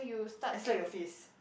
I slap your face